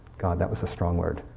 god, that was a strong word.